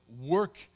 work